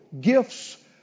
Gifts